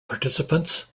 participants